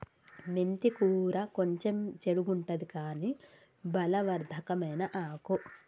మెంతి కూర కొంచెం చెడుగుంటది కని బలవర్ధకమైన ఆకు